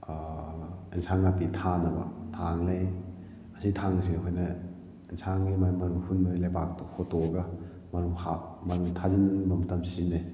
ꯏꯟꯁꯥꯡ ꯅꯥꯄꯤ ꯊꯥꯅꯕ ꯊꯥꯡꯅꯤ ꯑꯁꯤ ꯊꯥꯡꯁꯤ ꯑꯩꯈꯣꯏꯅ ꯑꯦꯟꯁꯥꯡꯒꯤ ꯃꯥꯏ ꯃꯔꯨ ꯍꯨꯟꯕꯗ ꯂꯩꯕꯥꯛꯇꯣ ꯈꯣꯠꯇꯣꯛꯂꯒ ꯃꯔꯨ ꯃꯔꯨ ꯊꯥꯖꯤꯟꯕ ꯃꯇꯝꯗ ꯁꯤꯖꯤꯟꯅꯩ